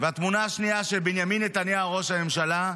והתמונה השנייה של בנימין נתניהו, ראש הממשלה.